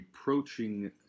approaching